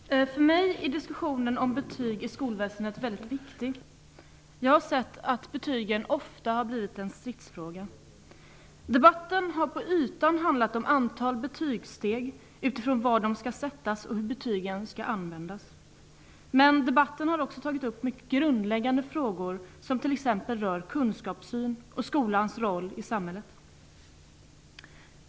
Fru talman! För mig är diskussionen om betyg i skolväsendet väldigt viktig. Jag har sett att betygen ofta har blivit en stridsfråga. Debatten har på ytan handlat om antal betygssteg, var de skall sättas och hur betygen skall användas. Men debatten har också tagit upp grundläggande frågor som t.ex. rör kunskapssyn och skolans roll i samhället.